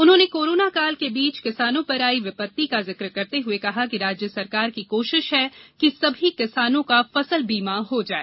उन्होंने कोरोना काल के बीच किसानों पर आयी विपत्ति का जिक्र करते हुए कहा कि राज्य सरकार की कोशिश है कि सभी किसानों का फसल बीमा हो जाए